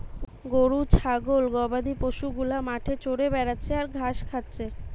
গরু ছাগল গবাদি পশু গুলা মাঠে চরে বেড়াচ্ছে আর ঘাস খাচ্ছে